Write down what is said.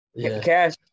Cash